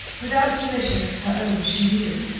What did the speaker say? without volition of her own she knew,